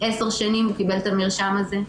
עשר שנים הוא קיבל את המרשם הזה,